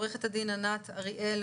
עורכת הדין ענת אריאל,